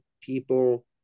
people